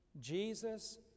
Jesus